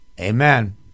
Amen